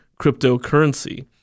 cryptocurrency